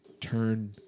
turn